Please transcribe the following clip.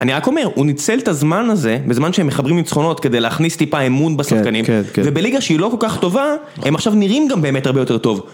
אני רק אומר, הוא ניצל את הזמן הזה, בזמן שהם מחברים נצחונות כדי להכניס טיפה אמון בשחקנים, ובליגה שהיא לא כל כך טובה, הם עכשיו נראים גם באמת הרבה יותר טוב.